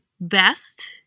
best